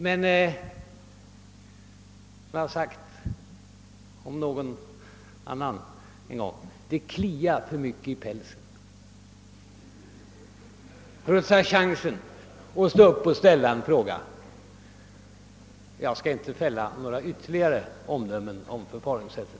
Men, som jag en gång har sagt om någon annan: det kliade för mycket i pälsen för att han skulle kunna låta bli att ta chansen att ställa en fråga. Jag skall inte fälla några ytterligare omdömen om förfaringssättet.